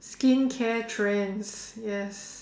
skincare trends yes